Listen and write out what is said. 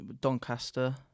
Doncaster